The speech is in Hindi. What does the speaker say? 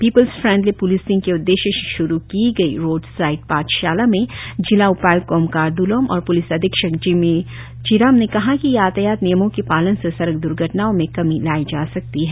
पीपूल्स फ्रेंडली प्लिसिंग के उद्देश्य से श्रु की गई रोड साइड पाठशाला में जिला उपाय्क्त कोमकर द्लोम और प्लिस अधीक्षक जिम्मी चिराम ने कहा कि यातायात नियमों के पालन से सड़क द्र्घटनाओं में कमी लाई जा सकती है